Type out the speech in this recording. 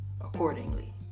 accordingly